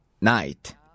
night